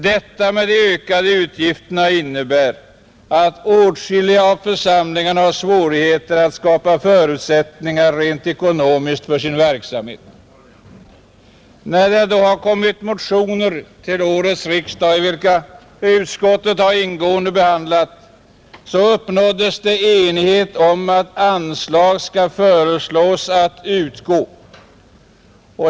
Detta med de ökade utgifterna innebär att åtskilliga av församlingarna har svårigheter att skapa förutsättningar rent ekonomiskt för sin verksamhet. När det då har väckts motioner till årets riksdag, vilka utskottet har ingående behandlat, så uppnåddes enighet om att anslag skall föreslås att utgå.